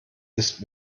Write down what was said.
ist